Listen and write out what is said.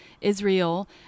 Israel